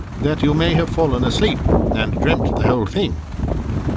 that you may have fallen asleep and dreamed the whole thing.